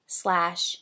slash